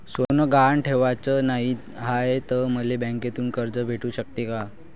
सोनं गहान ठेवाच नाही हाय, त मले बँकेतून कर्ज भेटू शकते का?